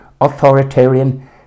authoritarian